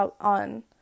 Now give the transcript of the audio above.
on